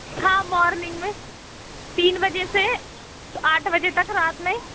हाँ मॉर्निंग में तीन बजे से आठ बजे तक रात में